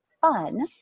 fun